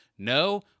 No